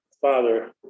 father